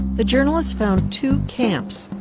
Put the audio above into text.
the journalists found two camps,